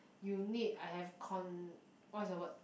you need I have con what's the word